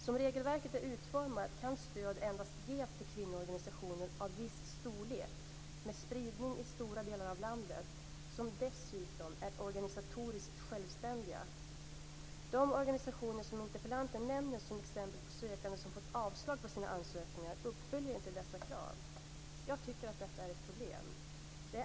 Som regelverket är utformat kan stöd endast ges till kvinnoorganisationer av viss storlek med spridning i stora delar av landet och dessutom med organisatorisk självständighet. De organisationer som interpellanten nämner som exempel på sökande som fått avslag på sina ansökningar uppfyller inte dessa krav.